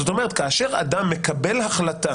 זאת אומרת, כאשר אדם מקבל החלטה